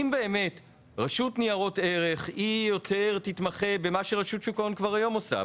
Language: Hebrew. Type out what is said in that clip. אם רשות ניירות ערך תתמחה יותר במה שרשות שוק ההון עושה כבר היום,